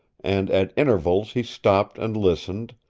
and at intervals he stopped and listened,